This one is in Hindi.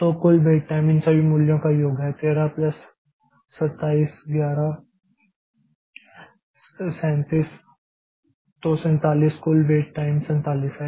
तो कुल वेट टाइम इन सभी मूल्यों का योग है 13 प्लस 27 प्लस 11 37 तो 47 कुल वेट टाइम 47 है